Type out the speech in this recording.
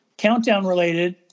countdown-related